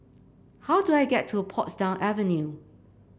how do I get to Portsdown Avenue